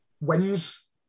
wins